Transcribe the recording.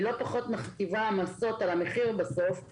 לא פחות מכתיבה העמסות על המחיר בסופו של דבר.